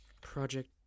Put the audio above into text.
Project